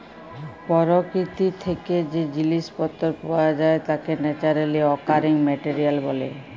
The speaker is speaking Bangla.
পরকিতি থ্যাকে যে জিলিস পত্তর পাওয়া যায় তাকে ন্যাচারালি অকারিং মেটেরিয়াল ব্যলে